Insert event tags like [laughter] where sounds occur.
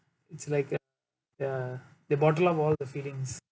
[breath] it's like a ya they bottle up all the feelings